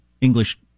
English